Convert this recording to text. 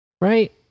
right